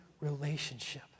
relationship